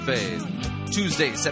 Tuesday